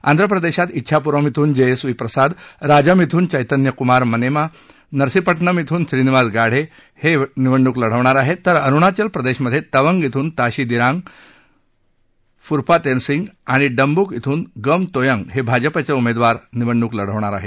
आंध्रप्रदेशात इच्छापुरम इथून जेएसव्ही प्रसाद राजम इथून चैतन्य कुमार मनेमा आणि नरसीपटनम इथून श्रीनिवास गाढे हे निवडणूक लढवणार आहेत तर अरुणाचल प्रदेशमधे तवंग इथून ताशी दिरांग इथून फुरपा त्सेरिंग आणि डम्ब्र्क इथन गम तोयंग हे भाजपचे उमेदवार निवडणूक लढवणार आहेत